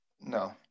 No